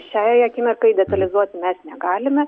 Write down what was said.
šiai akimirkai detalizuoti mes negalime